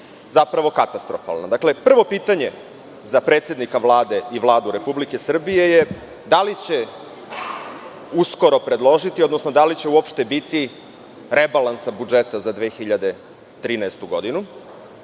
zapravo katastrofalna. Dakle, prvo pitanje za predsednika Vlade i Vladu Republike Srbije je da li će uskoro predložiti, odnosno, da li će uopšte biti rebalansa budžeta za 2013. godinu